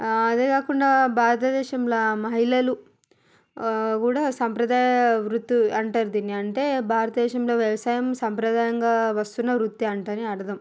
అదే కాకుండా భారతదేశంలో మహిళలు కూడా సాంప్రదాయ వృత్తులు అంటారు దీన్ని అంటే భారతదేశంలో వ్యవసాయం సంప్రదాయంగా వస్తున్న వృత్తి అంటారు అని అర్థం